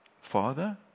Father